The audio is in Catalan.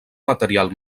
material